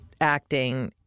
acting